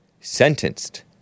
sentenced